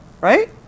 right